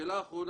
השאלה האחרונה.